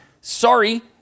Sorry